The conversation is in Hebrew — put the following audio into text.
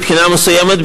מבחינה מסוימת,